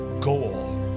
goal